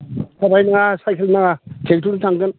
थाबाय नाङा साइकेल नाङा ट्रेक्ट'रजों थांगोन